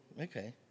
okay